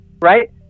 right